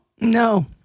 No